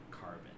carbon